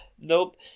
nope